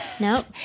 Nope